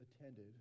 attended